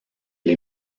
les